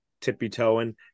tippy-toeing